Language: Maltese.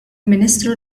ministru